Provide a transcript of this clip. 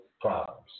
problems